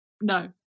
no